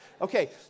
Okay